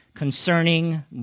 concerning